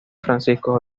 francisco